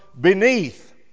beneath